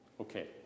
Okay